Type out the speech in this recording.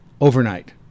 overnight